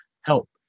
help